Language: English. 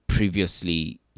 previously